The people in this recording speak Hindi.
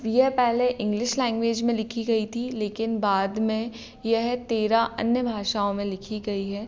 यह पहले इंग्लिश लैंग्वेज में लिखी गई थी लेकिन बाद में यह तेरह अन्य भाषाओं में लिखी गई है